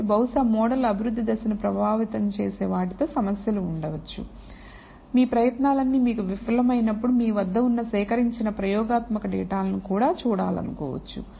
కాబట్టి బహుశా మోడల్ అభివృద్ధి దశ ను ప్రభావితం చేసే వాటితో సమస్యలు ఉండవచ్చు మీ ప్రయత్నాలన్నీ మీకు విఫలమైనప్పుడు మీ వద్ద ఉన్న సేకరించిన ప్రయోగాత్మక డేటాను కూడా చూడాలనుకోవచ్చు